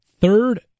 third